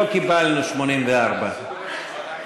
לא קיבלנו את 84. את מס'